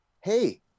Hey